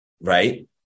right